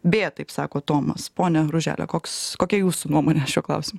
b taip sako tomas pone ružele koks kokia jūsų nuomonė šiuo klausimu